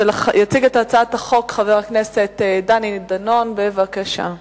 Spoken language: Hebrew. יציג את הצעת החוק חבר הכנסת דני דנון, בבקשה.